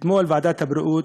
אתמול ועדת העבודה,